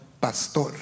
Pastor